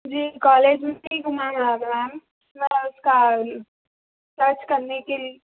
جی college میں ہی گما ہوگا میم میں اس کا سرچ کرنے کے لیے